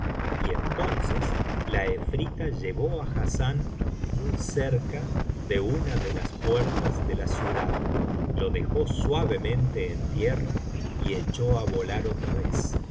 y entonces la efrita llevó a hassán muy cerca de una de las puertas de la ciudad lo dejó suavemente en tierra y echó á volar otra vez